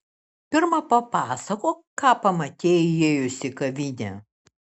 pirma papasakok ką pamatei įėjusi į kavinę